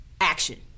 action